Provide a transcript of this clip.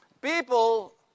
people